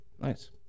Nice